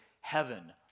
heaven